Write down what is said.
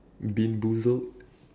beanboozled